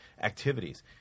activities